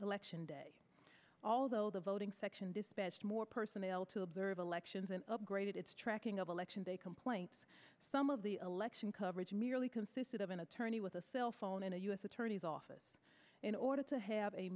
election day although the voting section dispatched more personnel to observe elections and upgraded its tracking of election day complaints some of the election coverage merely consisted of an attorney with a cellphone in a u s attorney's office in order to have a